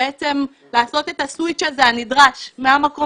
בעצם לעשות את הסוויץ' הנדרש הזה מהמקום